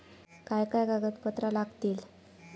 काय काय कागदपत्रा लागतील?